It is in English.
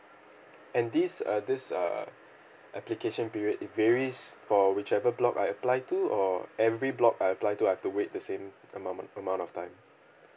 and these uh this uh application period it varies for whichever block I apply to or every block I apply to I've to wait the same amount amount of time